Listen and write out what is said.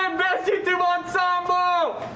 um best youtube ensemble!